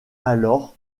alors